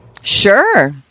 Sure